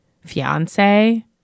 fiance